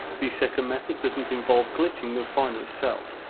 the second method doesn't involve glitching the refiner itself,